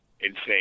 insane